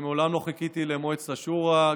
שמעולם לא חיכיתי למועצת השורא,